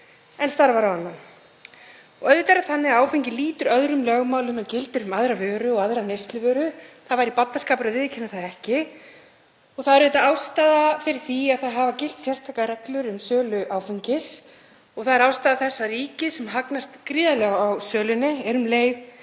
en starfar á annan. Auðvitað er það þannig að áfengi lýtur öðrum lögmálum en gilda um aðra vöru og aðra neysluvöru, það væri barnaskapur að viðurkenna það ekki. Það er auðvitað ástæða fyrir því að sérstakrar reglur hafa gilt um sölu áfengis og það er ástæða þess að ríkið, sem hagnast gríðarlega á sölunni, er um leið